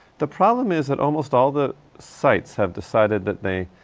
the problem is that almost all the sites have decided that they